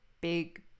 big